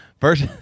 First